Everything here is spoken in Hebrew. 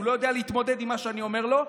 הוא לא יודע להתמודד עם מה שאני אומר לו,